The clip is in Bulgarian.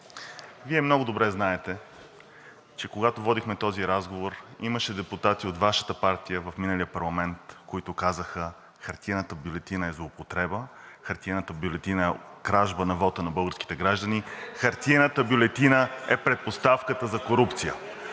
Вие много добре знаете, че когато водихме този разговор, имаше депутати от Вашата партия в миналия парламент, които казаха: „Хартиената бюлетина е злоупотреба. Хартиената бюлетина е кражба на вота на българските граждани. Хартиената бюлетина е предпоставката за корупция.“